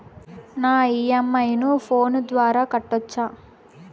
నా ఇ.ఎం.ఐ ను ఫోను ద్వారా కట్టొచ్చా?